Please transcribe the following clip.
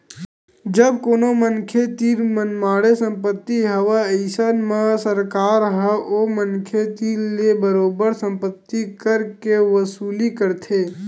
जब कोनो मनखे तीर मनमाड़े संपत्ति हवय अइसन म सरकार ह ओ मनखे तीर ले बरोबर संपत्ति कर के वसूली करथे